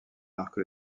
marque